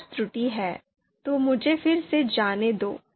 कुछ त्रुटि है तो मुझे फिर से जाने दो